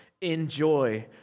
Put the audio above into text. Enjoy